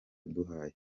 yaduhaye